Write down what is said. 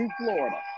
Florida